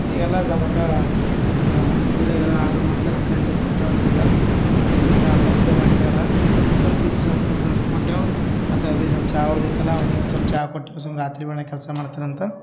ನಿ ಎಲ್ಲ ಝೊಮಾಟಾ ಸ್ವಿಗಿದಾಗೆ ಎಲ್ಲ ಆಡ್ರ್ ಮಾಡ್ತಾರೆ ರೊಕ್ಕ ಗಿಕ್ಕ ಕೊಟ್ಟೆ ಅವನಿಗೆಲ್ಲ ಹ್ಯಾಂಗೆ ಆನ್ಲೈನ್ ಪೇ ಮಾಡಿದ್ರಲ್ಲ ಸಮ್ ಟಿಪ್ಸ್ ಕೊಟ್ಟೆವು ಮತ್ತು ಅಲ್ಲಿ ಸೊಲ್ಪ ಚಾ ಉಳ್ದೈತಲ್ಲ ಅವ್ನಿಗೆ ಸೊಲ್ಪ ಚಾ ಕೊಟ್ಟು ಸುಮ್ ರಾತ್ರಿ ಬೆಳ್ಗೆ ಕೆಲಸ ಮಾಡ್ತಿರಂತ